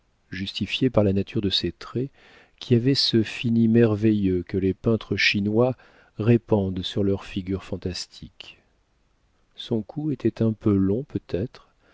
justifiée par la nature de ses traits qui avaient ce fini merveilleux que les peintres chinois répandent sur leurs figures fantastiques son cou était un peu long peut-être